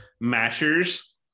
mashers